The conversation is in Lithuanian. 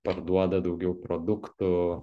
parduoda daugiau produktų